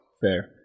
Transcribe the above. Fair